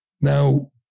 Now